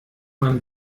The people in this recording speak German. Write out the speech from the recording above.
man